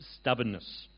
stubbornness